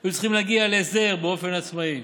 היו צריכים להגיע להסדר באופן עצמאי.